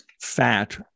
fat